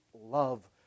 love